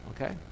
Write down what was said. Okay